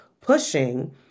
pushing